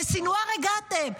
לסנוואר הגעתם,